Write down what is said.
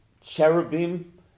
cherubim